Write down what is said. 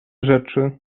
rzeczy